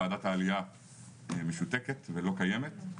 ועדת העלייה משותקת ולא קיימת,